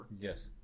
Yes